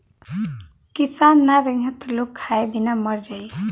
किसान ना रहीहन त लोग खाए बिना मर जाई